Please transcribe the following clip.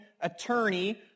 attorney